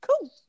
cool